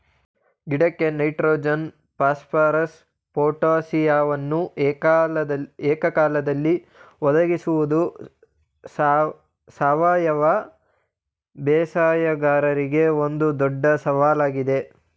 ಗಿಡಕ್ಕೆ nitrogen phosphorus ಪೊಟಾಸಿಯಮನ್ನು ಏಕಕಾಲದಲ್ಲಿ ಒದಗಿಸುವುದು ಸಾವಯವ ಬೇಸಾಯಗಾರರಿಗೆ ಒಂದು ದೊಡ್ಡ ಸವಾಲಾಗಿದೆ